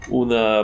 una